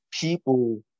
people